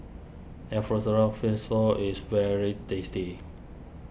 is very tasty